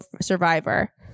survivor